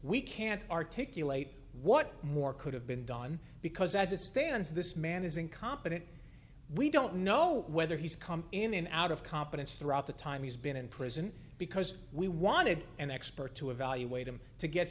we can't articulate what more could have been done because as it stands this man is incompetent we don't know whether he's come in and out of competence throughout the time he's been in prison because we wanted an expert to evaluate him to get